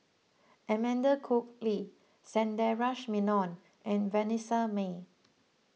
Amanda Koe Lee Sundaresh Menon and Vanessa Mae